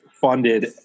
funded